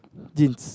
jeans